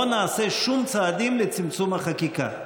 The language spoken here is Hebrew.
לא נעשה שום צעדים לצמצום החקיקה,